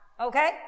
okay